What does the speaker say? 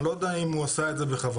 אני לא יודע אם הוא עשה את זה בכוונה,